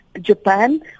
Japan